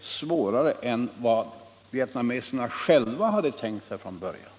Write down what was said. svårare än vad vietnameserna själva tänkt sig från början.